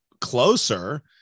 closer